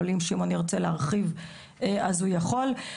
אבל אם שמעון ירצה להרחיב אז הוא יכול.